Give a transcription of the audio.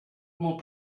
molt